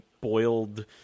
boiled